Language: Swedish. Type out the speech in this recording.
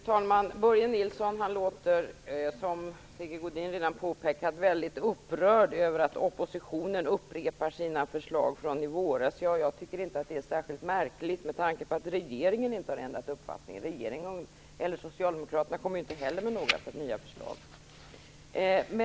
Fru talman! Börje Nilsson låter, som Sigge Godin redan påpekat, väldigt upprörd över att oppositionen upprepar sina förslag från i våras. Jag tycker inte att det är särskilt märkligt med tanke på att regeringen inte har ändrat uppfattning. Socialdemokraterna kommer ju inte heller med några nya förslag.